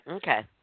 Okay